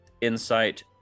insight